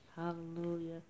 Hallelujah